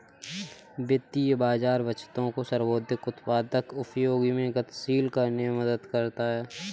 वित्तीय बाज़ार बचतों को सर्वाधिक उत्पादक उपयोगों में गतिशील करने में मदद करता है